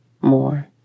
more